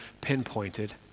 pinpointed